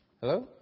Hello